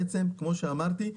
כמו שאמרתי,